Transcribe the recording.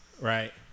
Right